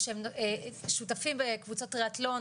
שותפים בקבוצות טריאתלון,